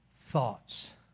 thoughts